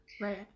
Right